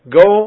go